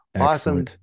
Awesome